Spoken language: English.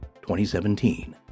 2017